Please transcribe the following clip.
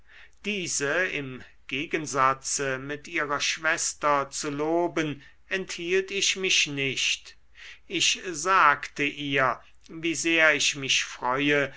diese im gegensatze mit ihrer schwester zu loben enthielt ich mich nicht ich sagte ihr wie sehr ich mich freue